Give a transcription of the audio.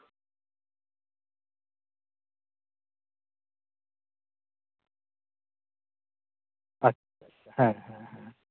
ᱟᱪᱪᱷᱟ ᱦᱮᱸ ᱦᱮᱸ